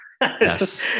yes